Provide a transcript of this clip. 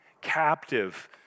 captive